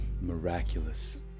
Miraculous